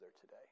today